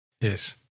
Yes